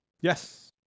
yes